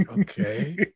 Okay